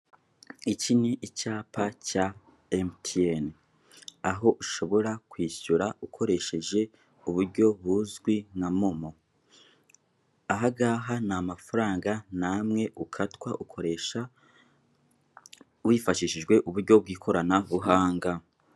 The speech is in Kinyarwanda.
Iki ni icyapa cya MTN, aho ushobora kwishyura ukoresheje uburyo buzwi nka MoMo. Ahangaha nta mafaranga namwe ukatwa, ukoresha wifashishijwe uburyo bwa ikoranabuhanga.